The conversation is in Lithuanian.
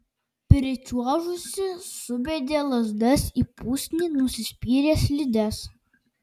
pričiuožusi subedė lazdas į pusnį nusispyrė slides